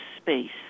space